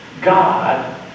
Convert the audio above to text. God